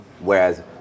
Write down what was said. whereas